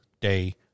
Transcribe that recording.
day